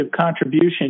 contribution